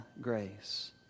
grace